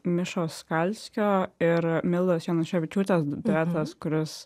mišos skalskio ir mildos januševičiūtės duetas kuris